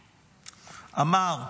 אמר: